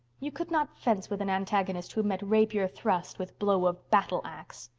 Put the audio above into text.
you could not fence with an antagonist who met rapier thrust with blow of battle axe.